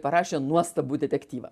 parašė nuostabų detektyvą